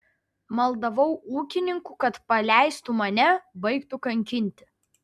maldavau ūkininkų kad paleistų mane baigtų kankinti